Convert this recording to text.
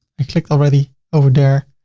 i clicked already over there,